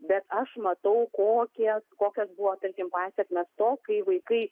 bet aš matau kokie kokios buvo tarkim pasekmės to kai vaikai